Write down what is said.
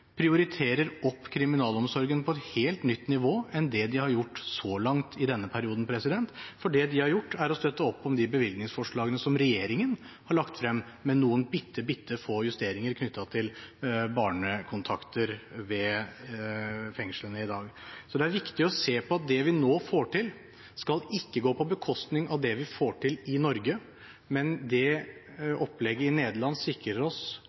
prioriterer opp kriminalomsorgen på et helt nytt nivå sammenlignet med det de har gjort så langt i denne perioden. For det de har gjort, er å støtte opp om de bevilgningsforslagene som regjeringen har lagt frem – med noen bitte små justeringer knyttet til barnekontakter ved fengslene i dag. Det er viktig å se på at det vi nå får til, ikke skal gå på bekostning av det vi får til i Norge, men det opplegget i Nederland sikrer